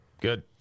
Good